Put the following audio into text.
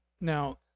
Now